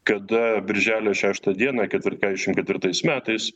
kada birželio šeštą dieną ketvir keturiasdešimt ketvirtais metais